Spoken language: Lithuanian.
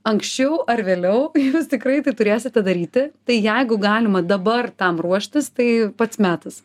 anksčiau ar vėliau jūs tikrai tai turėsite daryti tai jeigu galima dabar tam ruoštis tai pats metas